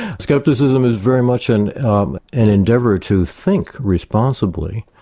scepticism is very much and um an endeavour to think responsibly,